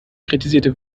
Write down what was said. kritisierte